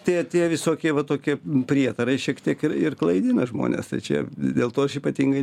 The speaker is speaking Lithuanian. tie tie visokie va tokie prietarai šiek tiek ir ir klaidina žmones tai čia dėl to aš ypatingai